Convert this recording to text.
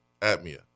apnea